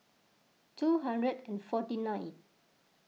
two hundred and forty ninth